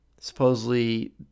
supposedly